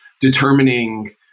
determining